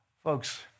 Folks